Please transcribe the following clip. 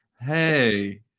Hey